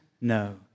No